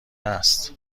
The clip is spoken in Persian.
است